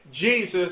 Jesus